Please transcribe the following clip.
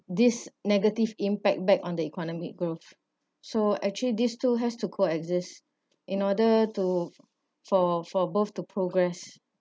this negative impact back on the economic growth so actually this two has to coexist in order to for for both the progress